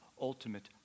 ultimate